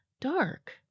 dark